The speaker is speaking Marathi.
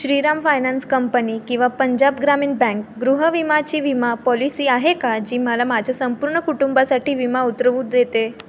श्रीराम फायनान्स कंपनी किंवा पंजाब ग्रामीण बँक गृह विमाची विमा पॉलिसी आहे का जी मला माझ्या संपूर्ण कुटुंबासाठी विमा उतरवू देते